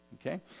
Okay